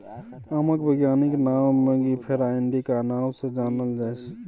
आमक बैज्ञानिक नाओ मैंगिफेरा इंडिका नाओ सँ जानल जाइ छै